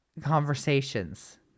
conversations